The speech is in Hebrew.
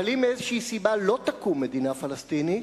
אבל אם מאיזושהי סיבה לא תקום מדינה פלסטינית,